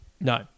No